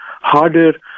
harder